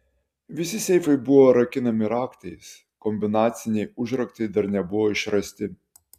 visi seifai buvo rakinami raktais kombinaciniai užraktai dar nebuvo išrasti